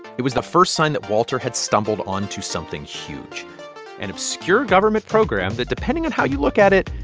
it was the first sign that walter had stumbled onto something huge an obscure government program that, depending on how you look at it,